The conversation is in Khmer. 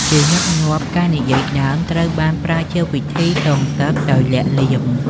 ជាញឹកញាប់ ការនិយាយដើមត្រូវបានប្រើជាវិធីសងសឹកដោយលាក់លៀម។